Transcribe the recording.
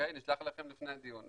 נשלח לכם לפני הדיון.